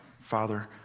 Father